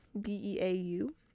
B-E-A-U